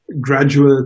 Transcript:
graduate